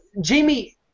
Jamie